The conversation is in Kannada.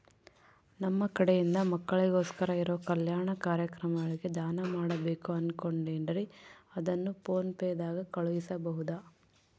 ನಮ್ಮ ಕಡೆಯಿಂದ ಮಕ್ಕಳಿಗೋಸ್ಕರ ಇರೋ ಕಲ್ಯಾಣ ಕಾರ್ಯಕ್ರಮಗಳಿಗೆ ದಾನ ಮಾಡಬೇಕು ಅನುಕೊಂಡಿನ್ರೇ ಅದನ್ನು ಪೋನ್ ಪೇ ದಾಗ ಕಳುಹಿಸಬಹುದಾ?